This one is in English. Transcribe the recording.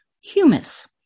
humus